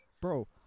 Bro